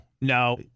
No